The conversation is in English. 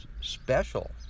special